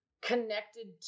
connected